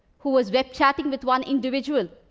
who was raped chatting with one individual,